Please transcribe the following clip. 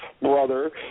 brother